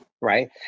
Right